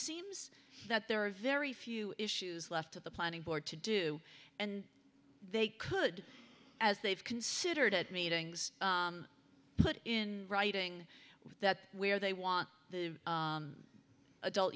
seems that there are very few issues left at the planning board to do and they could as they've considered at meetings put in writing that where they want the adult